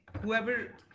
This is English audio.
Whoever